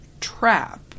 trap